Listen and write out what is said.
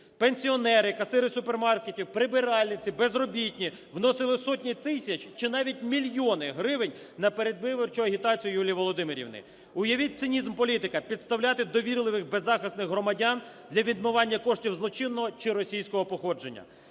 пенсіонери, касири супермаркетів, прибиральниці, безробітні вносили сотні тисяч чи навіть мільйони гривень на передвиборчу агітацію Юлії Володимирівни. Уявіть цинізм політика: підставляти довірливих, беззахисних для відмивання коштів злочинного чи російського походження.